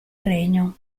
regno